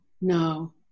No